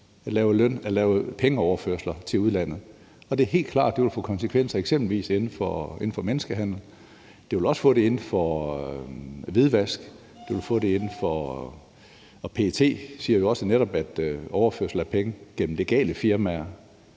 at lave pengeoverførsler til udlandet. Det er helt klart, at det vil få konsekvenser, eksempelvis inden for menneskehandel. Det vil også få det inden for hvidvask. PET siger jo også netop, at overførsel af penge gennem legale firmaer